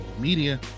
media